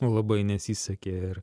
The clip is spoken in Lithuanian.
labai nesisekė ir